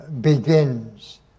begins